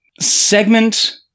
segment